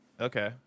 Okay